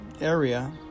area